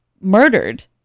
murdered